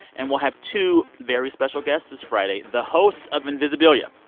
and we'll have two very special guests this friday, the hosts of invisibilia,